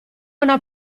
una